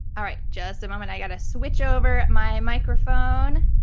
alright, just a moment i've gotta switch over my microphone.